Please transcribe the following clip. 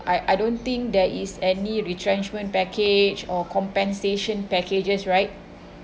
I I don't think there is any retrenchment package or compensation packages right